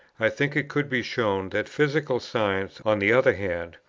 i think it could be shown that physical science on the other hand,